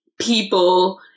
people